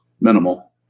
minimal